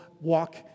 walk